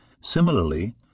Similarly